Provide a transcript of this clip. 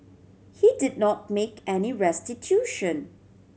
he did not make any restitution